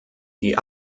die